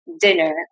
dinner